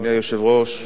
התייחסת כבר בעבר,